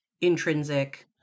intrinsic